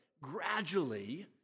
gradually